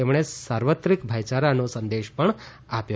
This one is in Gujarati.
તેમણે સાર્વત્રિક ભાઈચારોનો સંદેશ પણ આપ્યો